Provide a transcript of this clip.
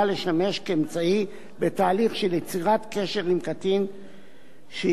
יצירת קשר עם קטין שיסלים ויסתיים בתקיפה מינית.